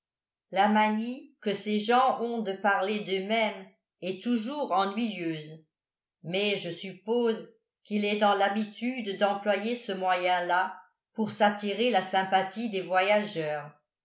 la manie que ces gens ont de parler d'eux-mêmes est toujours ennuyeuse mais je suppose qu'il est dans l'habitude d'employer ce moyen là pour s'attirer la sympathie des voyageurs